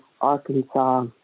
Arkansas